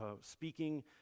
speaking